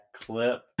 clip